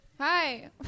Hi